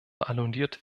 annulliert